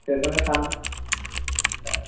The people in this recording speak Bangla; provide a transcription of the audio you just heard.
স্টেশনের সামনে আচ্ছা